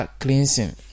cleansing